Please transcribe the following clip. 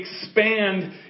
expand